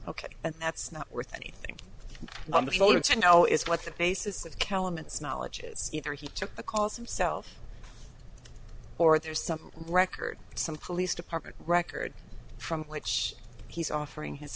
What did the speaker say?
ok and that's not worth anything on the shoulder to know is what the basis of calamus knowledge is either he took the calls himself or there's some record some police department records from which he's offering his